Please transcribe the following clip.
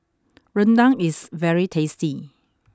Rendang is very tasty